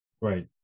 Right